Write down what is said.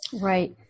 Right